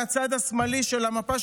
בצד השמאלי של המפה,